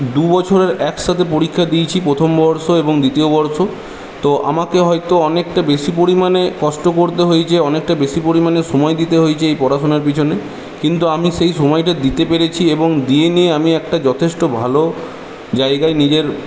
দুবছরের একসাথে পরীক্ষা দিয়েছি প্রথম বর্ষ এবং দ্বিতীয় বর্ষ তো আমাকে হয়তো অনেকটা বেশি পরিমাণে কষ্ট করতে হয়েছে অনেকটা বেশি পরিমাণে সময় দিতে হয়েছে এই পড়াশোনার পিছনে কিন্তু আমি সেই সময়টা দিতে পেরেছি এবং দিয়ে নিয়ে আমি একটা যথেষ্ট ভালো জায়গায় নিজের